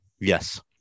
Yes